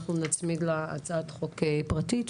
אנחנו נצמיד לה הצעת חוק פרטית.